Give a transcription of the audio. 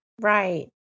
Right